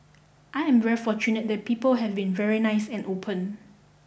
I am very fortunate that people have been very nice and open